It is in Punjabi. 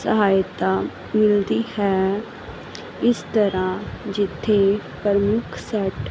ਸਹਾਇਤਾ ਮਿਲਦੀ ਹੈ ਇਸ ਤਰ੍ਹਾਂ ਜਿੱਥੇ ਪ੍ਰਮੁੱਖ ਸੈਟ ਅਸਾਈਡ